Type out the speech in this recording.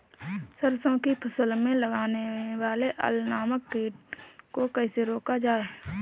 सरसों की फसल में लगने वाले अल नामक कीट को कैसे रोका जाए?